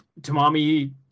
Tamami